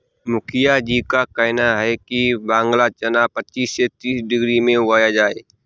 मुखिया जी का कहना है कि बांग्ला चना पच्चीस से तीस डिग्री में उगाया जाए